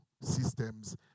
systems